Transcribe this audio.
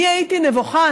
אני הייתי נבוכה,